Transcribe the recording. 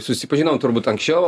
susipažinom turbūt anksčiau